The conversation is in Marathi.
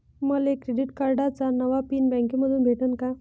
मले क्रेडिट कार्डाचा नवा पिन बँकेमंधून भेटन का?